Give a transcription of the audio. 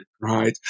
right